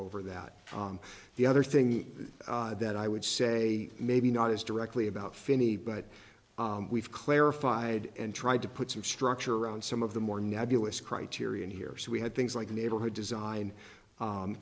over that the other thing that i would say maybe not is directly about phinny but we've clarified and tried to put some structure around some of the more nebulous criterion here so we had things like neighborhood design